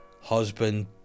husband